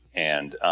and